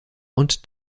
und